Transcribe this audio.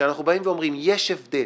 שאנחנו באים ואומרים: יש הבדל